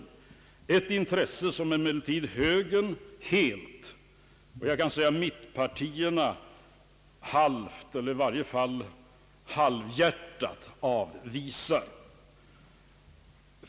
Det är emellertid ett intresse som högerpar tiet helt — och jag kan säga mittenpartierna i varje fall halvhjärtat — avvisar.